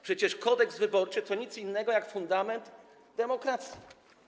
Przecież Kodeks wyborczy to nic innego jak fundament demokracji.